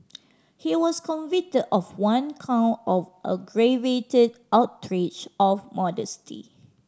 he was convicted of one count of aggravated outrage of modesty